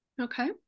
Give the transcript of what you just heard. Okay